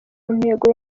ntego